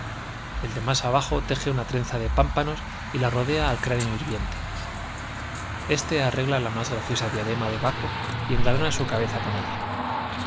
el de más allá teje una trenza de pámpanos y la rodea al cráneo hirviente la más diadema de baco y engaéste arregla graciosa lana su cabeza con ella